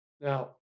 Now